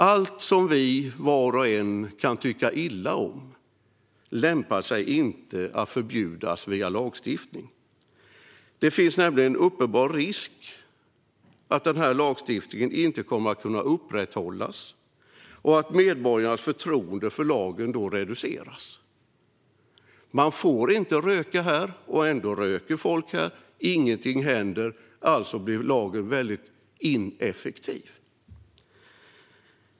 Allt som vi, var och en, kan tycka illa om lämpar sig inte för att förbjudas via lagstiftning. Det finns en uppenbar risk att lagstiftningen inte kommer att kunna upprätthållas och att medborgarnas förtroende för lagen då reduceras: Man får inte röka här. Ändå röker folk här. Ingenting händer. Alltså blir lagen ineffektiv.